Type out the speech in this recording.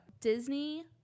disney